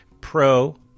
pro